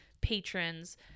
patrons